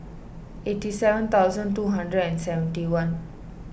eighty seven thousand two hundred and seventy one